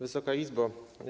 Wysoka Izbo!